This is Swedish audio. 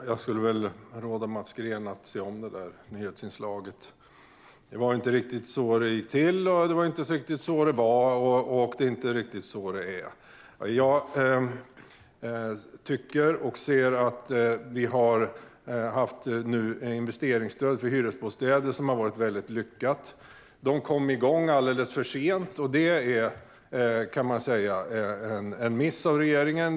Fru talman! Jag råder Mats Green att se om nyhetsinslaget. Det var inte riktigt så det gick till, det var inte riktigt så det var och det är inte riktigt så det är. Investeringsstödet för hyresbostäder är lyckat. Det kom igång alldeles för sent, och det kan man säga var en miss av regeringen.